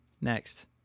Next